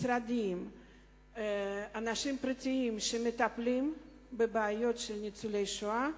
משרדים ואנשים פרטיים שמטפלים בבעיות של ניצולי השואה.